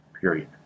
Period